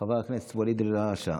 חבר הכנסת ואליד אלהואשלה,